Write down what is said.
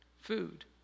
food